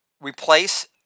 replace